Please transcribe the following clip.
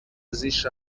zishe